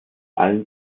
allen